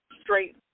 straight